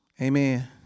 Amen